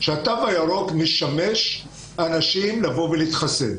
שבהן התו הירוק משמש אנשים לבוא ולהתחסן.